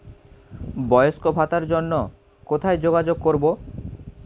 বয়স্ক ভাতার জন্য কোথায় যোগাযোগ করব?